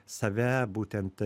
save būtent